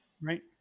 Right